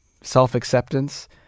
self-acceptance